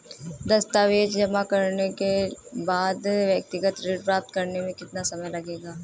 दस्तावेज़ जमा करने के बाद व्यक्तिगत ऋण प्राप्त करने में कितना समय लगेगा?